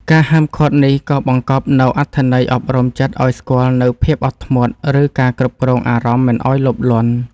ការហាមឃាត់នេះក៏បង្កប់នូវអត្ថន័យអប់រំចិត្តឱ្យស្គាល់នូវភាពអត់ធ្មត់ ឬការគ្រប់គ្រងអារម្មណ៍មិនឱ្យលោភលន់។